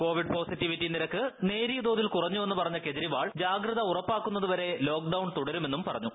Covid positivity നിരക്ക് നേരിയ തോതിൽ കുറഞ്ഞുവെന്ന് പറഞ്ഞ കെജ്രിവാൾ ജാഗ്രത ഉറപ്പാക്കുന്നത് വരെ ലോക്ഡൌൺ തുടരുമെന്നും പറഞ്ഞു